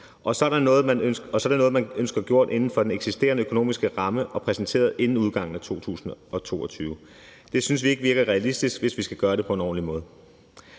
Og så er det noget, man ønsker gjort inden for den eksisterende økonomiske ramme og præsenteret inden udgangen af 2022. Det synes vi ikke virker realistisk, hvis vi skal gøre det på en ordentlig måde.